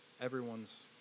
Everyone's